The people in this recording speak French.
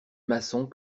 maçons